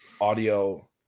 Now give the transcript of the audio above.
audio